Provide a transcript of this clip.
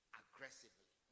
aggressively